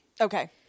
Okay